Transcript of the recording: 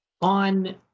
on